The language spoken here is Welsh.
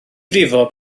frifo